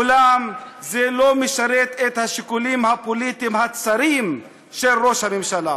אולם זה לא משרת את השיקולים הפוליטיים הצרים של ראש הממשלה.